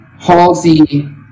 Halsey